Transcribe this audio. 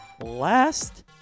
last